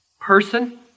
person